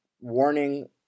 warning